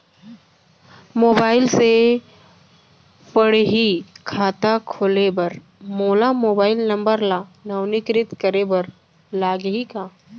Mobile से पड़ही खाता खोले बर मोला मोबाइल नंबर ल नवीनीकृत करे बर लागही का?